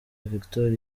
victoria